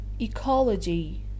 Ecology